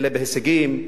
אלא בהישגים,